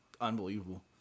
unbelievable